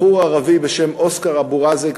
בחור ערבי בשם אוסקר אבו ראזק,